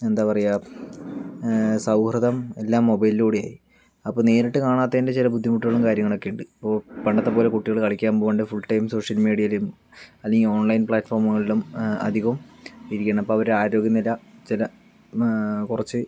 എന്താ പറയുക സൗഹൃദം എല്ലാം മൊബൈലിലൂടെ ആയി അപ്പോൾ നേരിട്ട് കാണാത്തതിൻ്റെ ചില ബുദ്ധിമുട്ടുകളും കാര്യങ്ങളും ഒക്കെ ഉണ്ട് അപ്പോൾ പണ്ടത്തെപ്പോലെ കുട്ടികൾ കളിക്കാൻ പോകാണ്ട് ഫുൾ ടൈം സോഷ്യൽ മീഡിയയിലും അല്ലെങ്കിൽ ഓൺലൈൻ പ്ലാറ്റ്ഫോമുകളിലും അധികം ഇരിക്കണം അപ്പോൾ അവരുടെ ആരോഗ്യനില ചില കുറച്ച്